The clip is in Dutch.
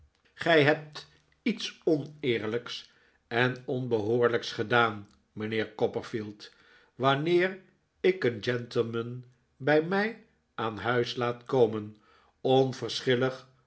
gij hebt iets oneerlijks en onbehoorlijks gedaan mijnheer copperfield wanneer ik een gentleman bij mij aan huis laat komen